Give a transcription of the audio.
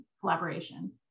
collaboration